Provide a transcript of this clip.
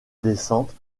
descente